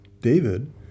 david